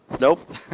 Nope